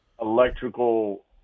electrical